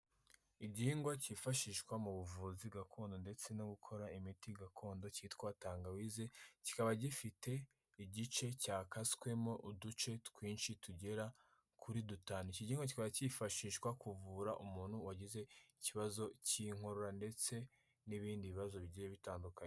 Igihingwa cyifashishwa mu buvuzi gakondo ndetse no gukora imiti gakondo cyitwa tangawize, kikaba gifite igice cyakaswemo uduce twinshi tugera kuri dutanu. Iki gihingwa kifashishwa kuvura umuntu wagize ikibazo cy'inkorora ndetse n'ibindi bibazo bigiye bitandukanye.